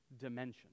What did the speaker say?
dimension